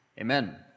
Amen